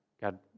God